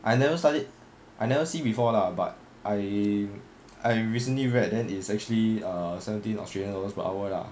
I never studied I never see before lah but I I recently read then it's actually err seventeen australian dollars per hour lah